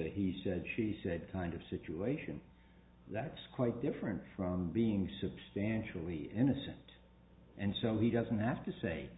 a he said she said kind of situation that's quite different from being substantially innocent and so he doesn't have to say